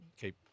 keep